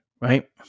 right